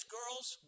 girls